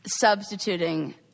Substituting